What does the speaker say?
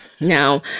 Now